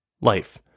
Life